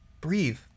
breathe